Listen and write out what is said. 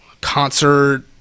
concert